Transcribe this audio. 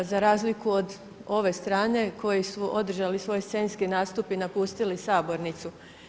Za razliku od ove strane koji su održali svoj scenski nastup i napustili sabornicu.